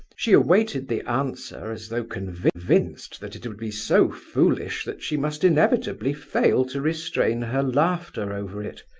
she awaited the answer as though convinced that it would be so foolish that she must inevitably fail to restrain her laughter over it.